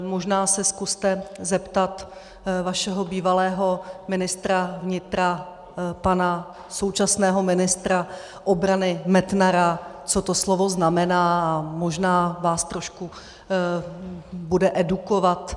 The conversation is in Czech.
Možná se zkuste zeptat vašeho bývalého ministra vnitra, pana současného ministra obrany Metnara, co to slovo znamená, a možná vás trošku bude edukovat.